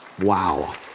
Wow